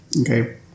Okay